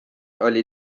oli